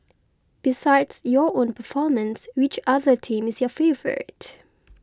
besides your own performance which other team is your favourite